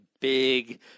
big